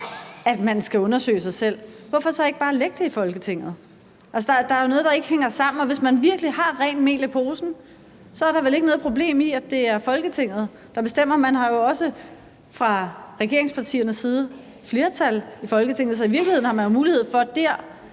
at man skal undersøge sig selv, hvorfor så ikke bare lægge det i Folketinget? Der er jo noget, der ikke hænger sammen. Hvis man virkelig har rent mel i posen, er der vel ikke noget problem i, at det er Folketinget, der bestemmer. Man har jo også fra regeringspartiernes side flertal i Folketinget, så i virkeligheden har man mulighed for dér